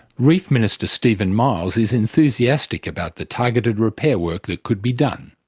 reef minister steven miles is enthusiastic about the targeted repair work that could be done,